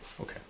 okay